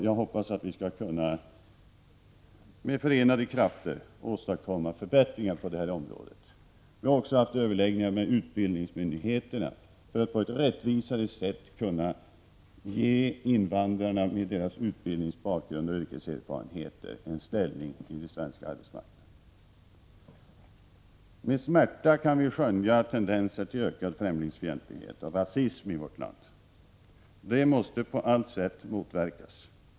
Jag hoppas att vi med förenade krafter skall kunna åstadkomma förbättringar på detta område. Jag har också haft överläggningar med utbildningsmyndigheterna, för att på ett rättvisare sätt kunna ge invandrare — med deras utbildningsbakgrund och yrkeserfarenheter — en bättre ställning på den svenska arbetsmarknaden. Med smärta skönjer vi tendenser till ökad främlingsfientlighet och rasism i vårt land. Detta måste på alla sätt motverkas.